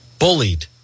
bullied